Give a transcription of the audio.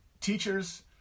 teachers